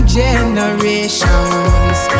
generations